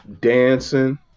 dancing